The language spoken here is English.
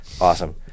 Awesome